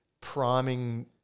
priming